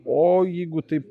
o jeigu taip